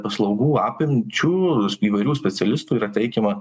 paslaugų apimčių įvairių specialistų yra teikiama